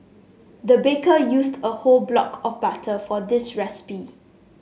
the baker used a whole block of butter for this recipe